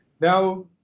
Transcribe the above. Now